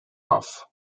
off